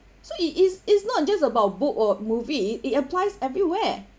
so it is it's not just about book or movie it applies everywhere